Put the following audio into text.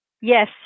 Yes